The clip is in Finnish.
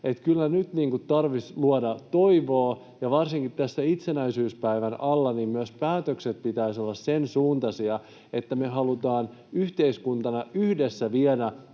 Kyllä nyt tarvitsisi luoda toivoa, ja varsinkin tässä itsenäisyyspäivän alla myös päätösten pitäisi olla sen suuntaisia, että me halutaan yhteiskuntana yhdessä viedä